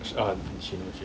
um think she know she